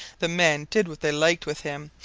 the men did what they liked with him,